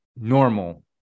normal